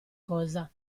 cosa